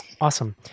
Awesome